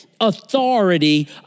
Authority